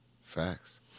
Facts